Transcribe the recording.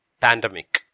Pandemic